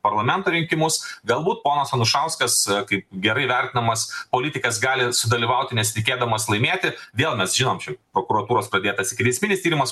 parlamento rinkimus galbūt ponas anušauskas kaip gerai vertinamas politikas gali sudalyvauti nesitikėdamas laimėti vėl mes žinom čia prokuratūros pradėtas ikiteisminis tyrimas